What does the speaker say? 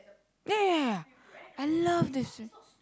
ya ya ya I love this